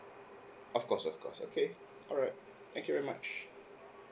of course of course okay alright thank you very much